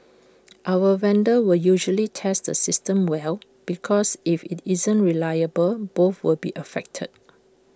our vendors will usually test the systems well because if IT isn't reliable both will be affected